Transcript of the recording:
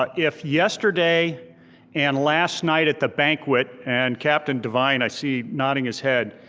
ah if yesterday and last night at the banquet, and captain devine i see nodding his head,